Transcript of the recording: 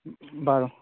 বাৰু